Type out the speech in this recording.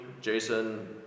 Jason